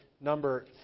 number